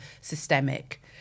systemic